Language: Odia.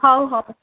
ହଉ ହଉ